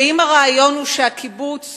ואם הרעיון הוא שהקיבוץ